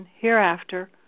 hereafter